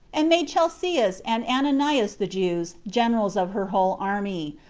and made chelcias and ananias the jews generals of her whole army,